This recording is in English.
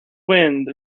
wind